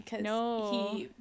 No